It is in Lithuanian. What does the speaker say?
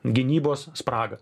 gynybos spragą